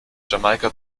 jamaika